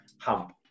hump